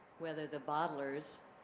whether the bottlers,